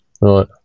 Right